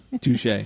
Touche